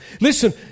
Listen